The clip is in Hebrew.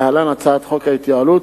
להלן: הצעת חוק ההתייעלות,